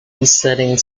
besetting